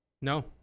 No